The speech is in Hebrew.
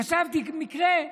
חשבתי מקרה,